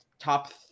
top